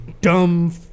dumb